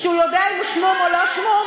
שהוא יודע אם הוא שמום או לא שמום?